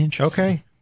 okay